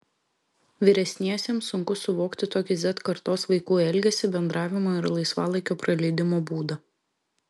vyresniesiems sunku suvokti tokį z kartos vaikų elgesį bendravimo ir laisvalaikio praleidimo būdą